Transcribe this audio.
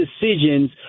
decisions